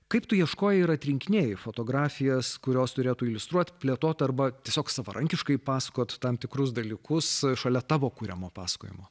kaip tu ieškojai ir atrinkinėjai fotografijas kurios turėtų iliustruoti plėtoti arba tiesiog savarankiškai pasakot tam tikrus dalykus šalia tavo kuriamo pasakojimo